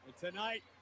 tonight